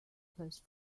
close